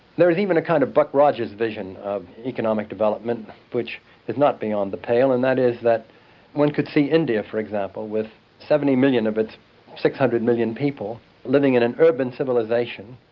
there is even a kind of buck rogers division of economic development which is not beyond the pale, and that is that one could see india, for example, with seventy million of its six hundred million people living in an urban civilisation,